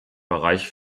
bereich